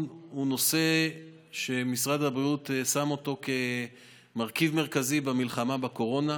היא נושא שמשרד הבריאות שם כמרכיב מרכזי במלחמה בקורונה.